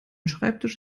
schreibtisch